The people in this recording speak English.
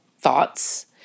Thoughts